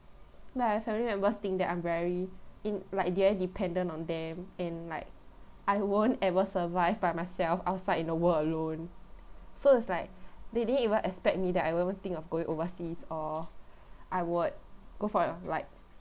but my family members think that I'm very in like de~ uh dependent on them and like I won't ever survive by myself outside in a world alone so it's like they didn't even expect me that I will ever think of going overseas or I would go for a like